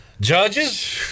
judges